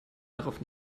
darauf